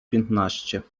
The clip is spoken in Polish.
piętnaście